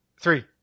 Three